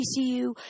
TCU